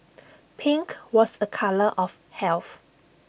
pink was A colour of health